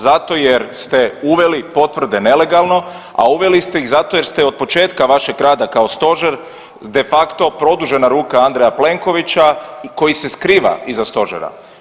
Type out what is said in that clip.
Zato jer ste uveli potvrde nelegalno, a uveli ste ih zato jer ste od početka vašeg rada kao stožer de facto produžena ruka Andreja Plenkovića koji se skriva iza stožera.